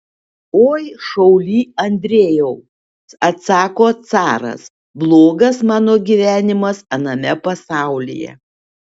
oi šauly andrejau atsako caras blogas mano gyvenimas aname pasaulyje